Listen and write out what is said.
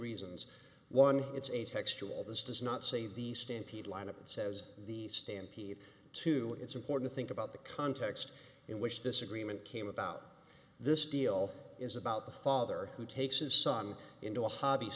reasons one it's a textual this does not say the stampede line it says the stampede to it's important think about the context in which this agreement came about this deal is about the father who takes his son into a hobb